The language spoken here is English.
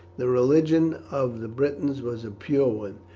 the religion of the britons was a pure one,